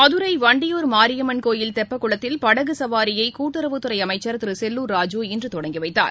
மதுரை வண்டியூர் மாரியம்மன் கோயில் தெப்பக்குளத்தில் படகு க்வாரியை கூட்டுறவுத்துறை அமைச்சர் திரு செல்லூர் ராஜூ இன்று தொடங்கி வைத்தார்